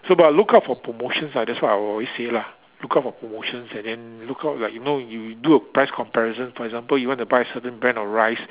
so but look out for promotions ah that's what I always say lah look out for promotions and then look out like you know you do a price comparison for example you want to buy certain brand of rice